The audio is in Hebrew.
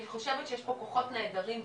אני חושבת שיש פה כוחות נהדרים בכנסת,